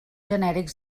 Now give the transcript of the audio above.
genèrics